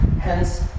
Hence